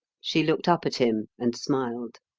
she looked up at him and smiled.